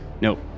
Nope